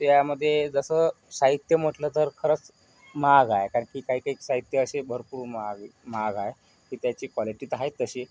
त्यामध्ये जसं साहित्य म्हटलं तर खरंच महाग आहे कारण की काही काही साहित्य असे भरपूर महाग महाग आहे ती त्यांची कॉलिटी तर आहेत तशी